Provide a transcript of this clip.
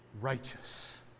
righteous